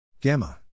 gamma